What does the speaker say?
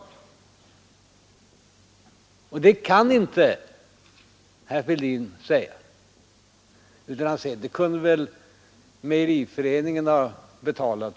Det kan herr Fälldin inte lova, utan han säger bara: Flyttningsbidragen kunde väl mejeriföreningen ha betalt.